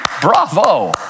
bravo